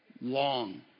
long